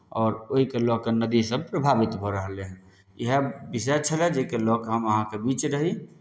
आओर ओहिकेँ लऽ कऽ नदीसभ प्रभावित भऽ रहलै हन इएह विषय छलय जाहिके लऽ कऽ हम अहाँके बीच रही